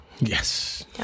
Yes